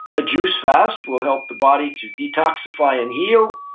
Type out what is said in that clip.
a juice fast will help the body to detoxify and heal,